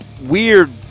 weird